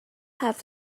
have